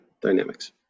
dynamics